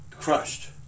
crushed